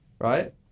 right